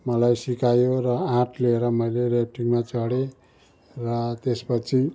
मलाई सिकायो र आँट लिएर मैले राफ्टिङमा चढेँ र त्यसपछि